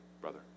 brother